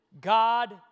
God